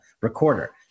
recorder